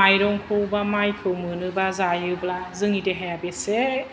माइरंखौ बा माइखौ मोनोबा जायोब्ला जोंनि देहाया बेसे